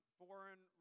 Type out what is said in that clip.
foreign